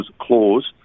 clause